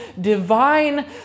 divine